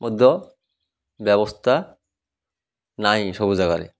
ମଧ୍ୟ ବ୍ୟବସ୍ଥା ନାଇଁ ସବୁ ଜାଗାରେ